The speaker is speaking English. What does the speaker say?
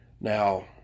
Now